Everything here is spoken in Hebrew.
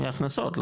מההכנסות,